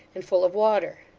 and full of water.